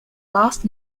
last